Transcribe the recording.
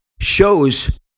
shows